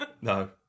No